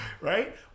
Right